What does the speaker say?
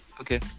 okay